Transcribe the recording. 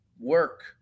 Work